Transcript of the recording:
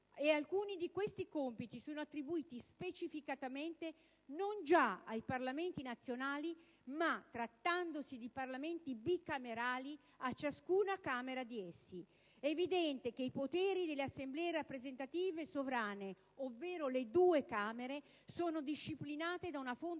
Alcuni di questi compiti sono attribuiti specificatamente, non già ai Parlamenti nazionali ma, trattandosi di Parlamenti bicamerali, a ciascuna Camera di essi. È evidente che i poteri delle Assemblee rappresentative sovrane, ovvero le due Camere, sono disciplinati da una fonte esterna al